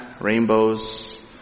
rainbows